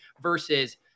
versus